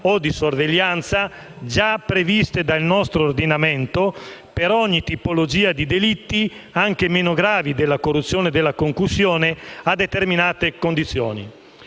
o di sorveglianza, già previste dal nostro ordinamento, per ogni tipologia di delitti, anche meno gravi di corruzione e concussione, a determinate condizioni.